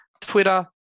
twitter